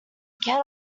get